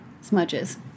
smudges